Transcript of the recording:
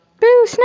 boo